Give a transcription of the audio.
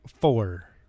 four